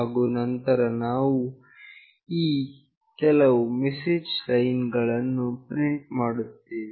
ಹಾಗು ನಂತರ ನಾವು ಈ ಕೆಲವು ಮೆಸೇಜ್ ನ ಲೈನ್ ಗಳನ್ನು ಪ್ರಿಂಟ್ ಮಾಡುತ್ತೇವೆ